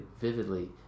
vividly